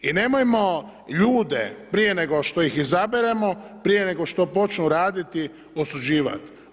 I nemojmo ljude prije nego što ih izaberemo, prije nego što počnu raditi osuđivati.